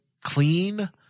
clean